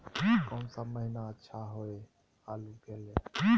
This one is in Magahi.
कौन सा महीना अच्छा होइ आलू के ला?